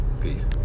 Peace